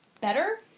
better